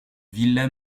villa